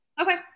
Okay